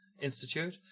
Institute